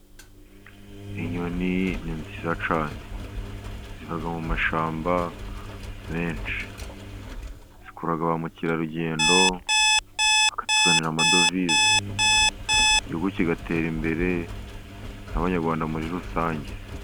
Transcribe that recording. Inyoni ni nziza cyane ziba mu mashyamba menshi, zikurura ba mukerarugendo bakatuzanira amadovize, igihugu kigatera imbere nk'abanyarwanda muri rusange.